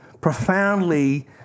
profoundly